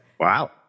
Wow